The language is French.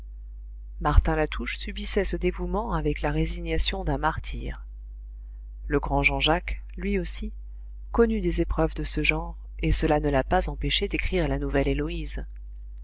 martin latouche subissait ce dévouement avec la résignation d'un martyr le grand jean-jacques lui aussi connut des épreuves de ce genre et cela ne l'a pas empêché d'écrire la nouvelle héloïse